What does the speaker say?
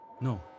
No